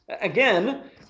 again